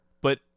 But-